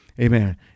amen